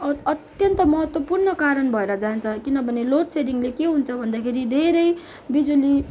अत अत्यन्त महत्वपुर्ण कारण भएर जान्छ किन भने लोड सेडिङले के हुन्छ भन्दाखेरि धेरै बिजुली